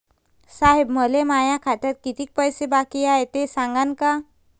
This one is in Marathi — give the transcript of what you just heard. साहेब, मले माया खात्यात कितीक पैसे बाकी हाय, ते सांगान का?